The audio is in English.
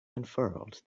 unfurled